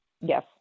Yes